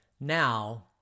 now